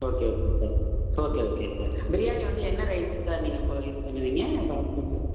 okay okay sir okay okay sir biryani வந்து என்ன rice sir நீங்கள் போ யூஸ் பண்ணுவீங்க பாஸ்மதியா